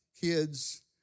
kids